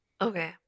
Okay